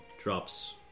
drops